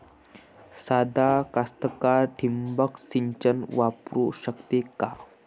सादा कास्तकार ठिंबक सिंचन वापरू शकते का?